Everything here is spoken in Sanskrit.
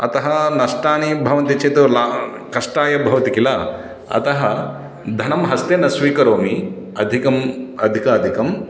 अतः नष्टानि भवन्ति चेत् ला कष्टाय भवति किल अतः धनं हस्ते न स्वीकरोमि अधिकम् अधिकाधिकम्